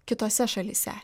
kitose šalyse